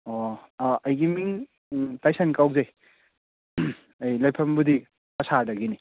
ꯑꯣ ꯑꯩꯒꯤ ꯃꯤꯡ ꯇꯥꯏꯁꯟ ꯀꯧꯖꯩ ꯑꯩ ꯂꯩꯐꯝꯕꯨꯗꯤ ꯀꯁꯥꯔꯗꯒꯤꯅꯤ